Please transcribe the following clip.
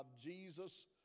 Jesus